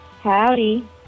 Howdy